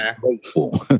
grateful